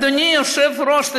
אדוני היושב-ראש,